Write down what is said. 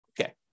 Okay